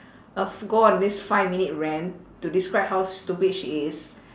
I've go on this five minute rant to describe how stupid she is